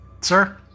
Sir